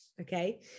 Okay